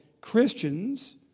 Christians